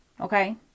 Okay